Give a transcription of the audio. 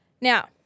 Now –